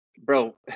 Bro